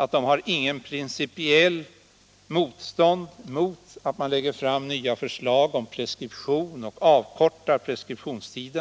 inte har någon principiell invändning mot att det läggs fram nya förslag rörande en avkortad preskriptionstid.